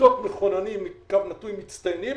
כיתות מחוננים / מצטיינים,